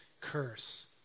curse